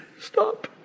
stop